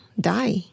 die